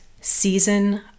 Season